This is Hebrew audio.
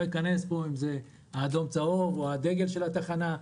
לא אכנס פה, אם זה האדום-צהוב או הדגל של התחנה.